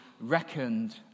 reckoned